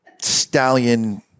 stallion